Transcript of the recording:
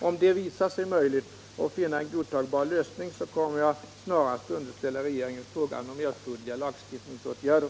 Om det visar sig möjligt att finna en godtagbar lösning, kommer jag snarast att underställa regeringen frågan om erforderliga lagstiftningsåtgärder.